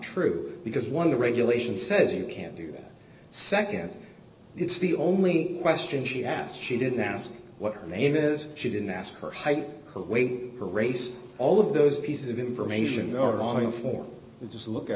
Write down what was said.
true because one of the regulations says you can't do that nd it's the only question she asked she didn't ask what her name is she didn't ask her height weight or race all of those pieces of information are on a form you just look at